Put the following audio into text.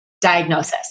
diagnosis